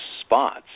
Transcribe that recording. spots